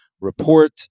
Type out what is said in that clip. report